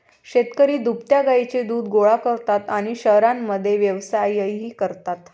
शेतकरी दुभत्या गायींचे दूध गोळा करतात आणि शहरांमध्ये व्यवसायही करतात